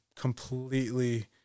completely –